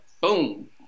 boom